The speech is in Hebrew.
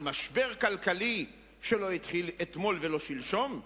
על משבר כלכלי שלא התחיל אתמול ולא שלשום?